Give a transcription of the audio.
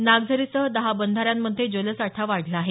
नागझरीसह दहा बंधाऱ्यांमध्ये जलसाठा वाढला आहे